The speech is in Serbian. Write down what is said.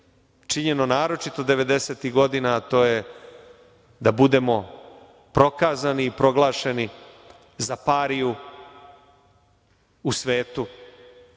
činjeno naročito devedesetih godina, a to je da budemo prokazani i proglašeni za pariju u svetu,